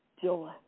joy